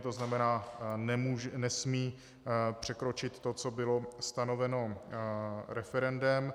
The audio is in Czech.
To znamená, nesmí překročit to, co bylo stanoveno referendem.